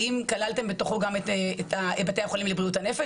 האם כללתם בתוכו גם את בתי החולים לבריאות הנפש,